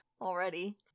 already